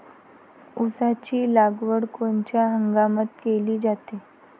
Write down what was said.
ऊसाची लागवड कोनच्या हंगामात केली जाते?